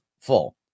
full